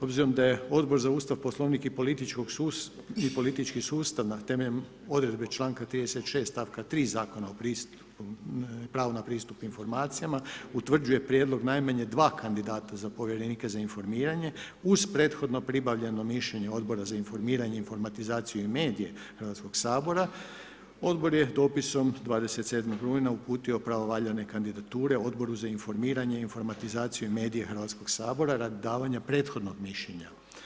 Obzirom da je Odbor za Ustav, poslovnik i politički sustav na temeljem odredbe čl. 36. stavka 3 Zakona o pravu na pristup informacijama, utvrđuje prijedlog najmanje 2 kandidata za povjerenika za informiranje uz prethodno pribavljeno mišljenje Odbora za informiranje, informatizaciju i medije Hrvatskog sabora, odbor je dopisom 27. rujna uputio pravovaljane kandidature Odboru za informiranje, informatizaciju i medije Hrvatskog sabora radi davanja prethodnog mišljenja.